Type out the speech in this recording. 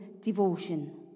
devotion